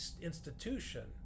institution